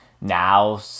now